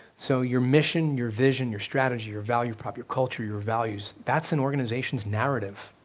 so your mission, your vision, your strategy, your value prop, your culture, your values, that's an organization's narrative.